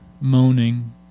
moaning